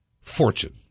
fortune